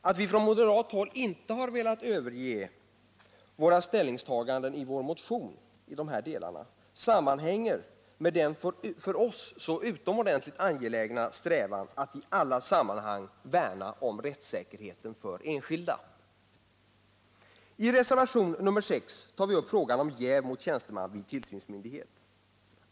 Att vi från moderat håll inte har velat överge våra ställningstaganden i vår motion i de här delarna sammanhänger med den för oss så utomordentligt angelägna strävan att i alla sammanhang värna om rättssäkerheten för enskilda. I reservation nr 6 tar vi upp frågan om jäv mot tjänsteman vid tillsynsmyndighet.